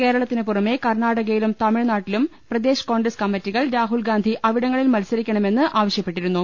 കേരളത്തിന് പുറമെ കർണാടകയിലും തമിഴ്നാട്ടിലും പ്രദേശ് കോൺഗ്രസ് കമ്മിറ്റികൾ രാഹുൽഗാന്ധി അവിടങ്ങളിൽ മത്സരി ക്കണമെന്ന് ആവശ്യപ്പെട്ടിരുന്നു